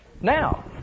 Now